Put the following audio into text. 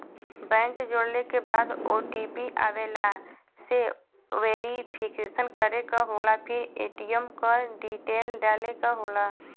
bank जोड़ले के बाद ओ.टी.पी आवेला से वेरिफिकेशन करे क होला फिर ए.टी.एम क डिटेल डाले क होला